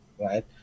right